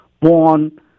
born